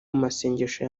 masengesho